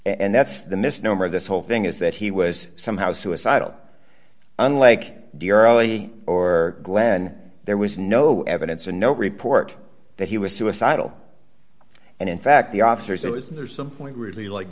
and that's the misnomer this whole thing is that he was somehow suicidal unlike the early or glen there was no evidence or no report that he was suicidal and in fact the officers that was the